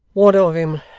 what of him?